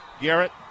Garrett